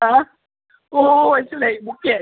ആ ഓഹ് മനസ്സിലായി മുഖ്യ